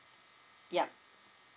yup